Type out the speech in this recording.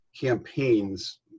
campaigns